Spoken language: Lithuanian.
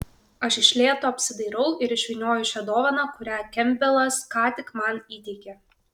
aš iš lėto apsidairau ir išvynioju šią dovaną kurią kempbelas ką tik man įteikė